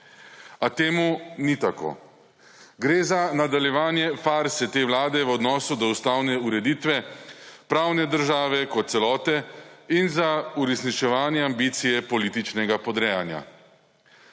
A temu ni tako. Gre za nadaljevanje farse te vlade v odnosu do ustavne ureditve, pravne države kot celote in za uresničevanje ambicije političnega podrejanja.